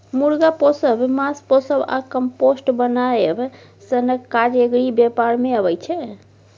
मुर्गा पोसब, माछ पोसब आ कंपोस्ट बनाएब सनक काज एग्री बेपार मे अबै छै